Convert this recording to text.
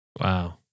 Wow